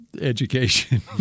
education